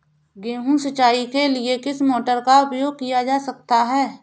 गेहूँ सिंचाई के लिए किस मोटर का उपयोग किया जा सकता है?